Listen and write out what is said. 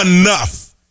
enough